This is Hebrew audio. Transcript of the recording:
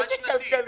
תקציב חד-שנתי.